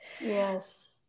yes